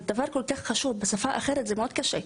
על דבר כל כך חשוב בשפה שהיא לא שלך זה מאוד קשה.